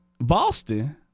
Boston